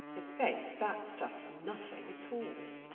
i'faith, that's just nothing at all.